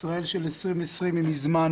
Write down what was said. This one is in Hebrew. ישראל של 2020 מזמן